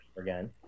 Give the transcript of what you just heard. again